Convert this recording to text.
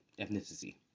Ethnicity